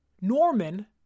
Norman